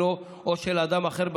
שלו או של אדם אחר,